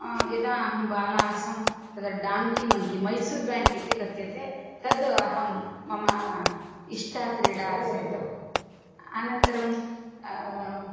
यदा अहं बाला आसम् तदा डाङ्कि मङ्कि मेसूर् बेङ्क् इति कथ्यते तत् अहं मम इष्टा क्रीडा आसीत् अनन्तरम्